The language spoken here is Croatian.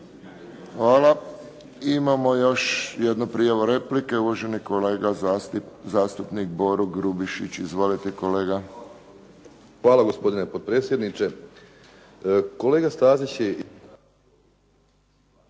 Hvala. Imamo još jednu prijavu replike, uvaženi kolega zastupnik Boro Grubišić. Izvolite kolega. **Grubišić, Boro (HDSSB)** Hvala gospodine potpredsjedniče. Kolega Stazić je